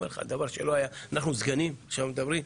אנחנו סגנים ואנחנו מדברים,